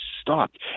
stopped